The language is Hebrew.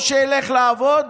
או שילך לעבוד